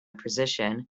position